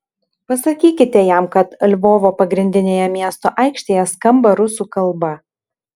pasakykite jam kad lvovo pagrindinėje miesto aikštėje skamba rusų kalba